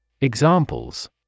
Examples